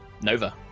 Nova